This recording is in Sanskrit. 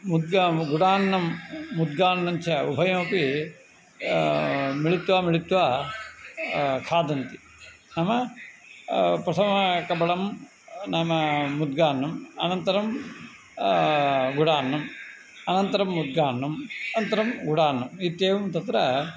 मुद्गं गुडान्नं मुद्गान्नं च उभयमपि मिलित्वा मिलित्वा खादन्ति नाम प्रथमाकवलं नाम मुद्गान्नम् अनन्तरं गुडान्नम् अनन्तरं मुद्गान्नम् अनन्तरं गुडान्नम् इत्येवं तत्र